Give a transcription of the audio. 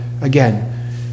again